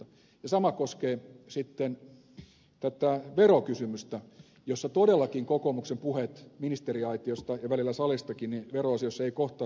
ja sama koskee tätä verokysymystä jossa todellakin kokoomuksen puheet ministeriaitiosta ja välillä salistakin veroasioissa eivät kohtaa toisiaan